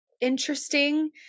interesting